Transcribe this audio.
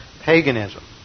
paganism